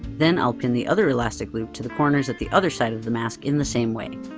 then i'll pin the other elastic loop to the corners at the other side of the mask in the same way.